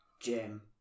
Jim